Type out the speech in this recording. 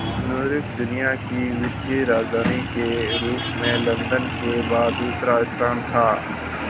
New York दुनिया की वित्तीय राजधानी के रूप में लंदन के बाद दूसरे स्थान पर था